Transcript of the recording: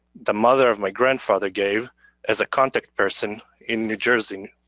the mother of my grandfather gave as a contact person in new jersey.